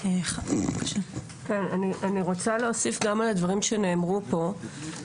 אני רוצה להוסיף גם על הדברים שנאמרו פה,